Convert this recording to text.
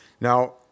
Now